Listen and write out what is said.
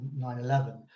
9-11